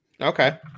Okay